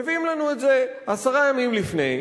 מביאים לנו את זה עשרה ימים לפני,